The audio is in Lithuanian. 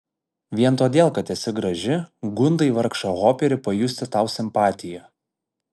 vien todėl kad esi graži gundai vargšą hoperį pajusti tau simpatiją